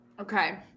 okay